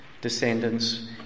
descendants